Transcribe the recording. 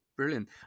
brilliant